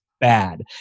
bad